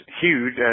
huge